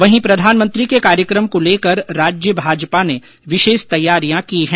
वहीं प्रधानमंत्री के कार्यक्रम को लेकर राज्य भाजपा ने विशेष तैयारियां की हैं